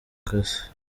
kazi